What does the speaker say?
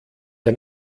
ein